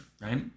right